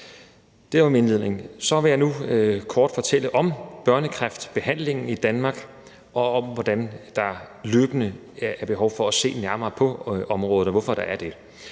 Det var min indledning. Så vil jeg kort fortælle om børnekræftbehandlingen i Danmark og om, hvordan der løbende er behov for at se nærmere på området, og hvorfor der er det.